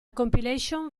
compilation